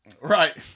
Right